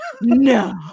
No